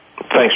Thanks